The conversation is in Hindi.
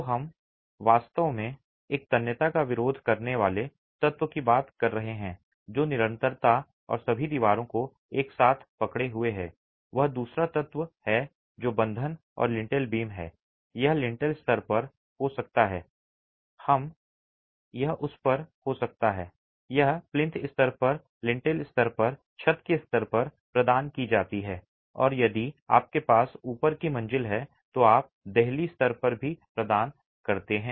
तो हम वास्तव में एक तन्यता का विरोध करने वाले तत्व की बात कर रहे हैं जो निरंतर है और सभी दीवारों को एक साथ पकड़े हुए है वह दूसरा तत्व है जो बंधन और लिंटेल बीम है यह लिंटेल स्तर पर हो सकता है यह उस पर हो सकता है यह प्लिंथ स्तर लिंटेल स्तर छत के स्तर पर प्रदान की जाती है और यदि आपके पास ऊपर की मंजिल है तो आप देहली स्तर पर भी प्रदान करते हैं